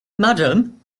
madam